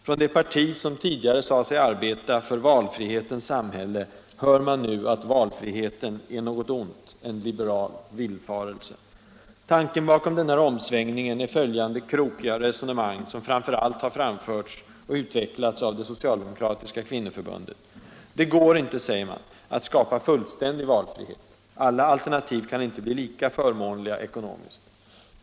Från det parti som tidigare sade sig arbeta för valfrihetens samhälle hör man nu att valfriheten är något ont, en liberal villfarelse. Tanken bakom denna omsvängning är följande krokiga resonemang, som framför allt framförts och utvecklats av det socialdemokratiska kvinnoförbundet. Det går inte, säger man, att skapa fullständig valfrihet. Alla alternativ kan inte bli lika ekonomiskt förmånliga.